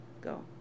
Go